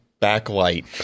backlight